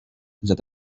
that